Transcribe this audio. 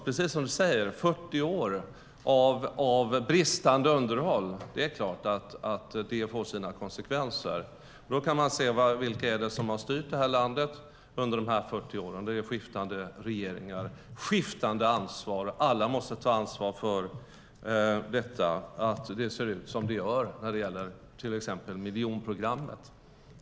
Precis som du säger är det klart att 40 år av bristande underhåll får sina konsekvenser. Då kan man se på vilka som har styrt landet under dessa 40 år. Det är skiftande regeringar och ett skiftande ansvar. Alla måste ta ansvar för att det ser ut som det gör när det gäller till exempel miljonprogrammet.